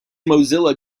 mozilla